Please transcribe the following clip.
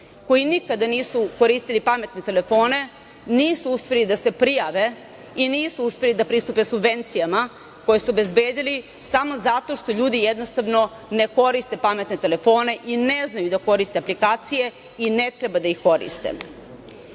koji nikada nisu koristili pametne telefone, nisu uspeli da se prijave i nisu uspeli da pristupe subvencijama koje su obezbedili samo zato što ljudi jednostavno ne koriste pametne telefone i ne znaju da koriste aplikacije i ne treba da ih koriste.